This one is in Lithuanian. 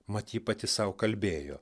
mat ji pati sau kalbėjo